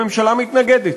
הממשלה מתנגדת.